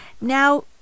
Now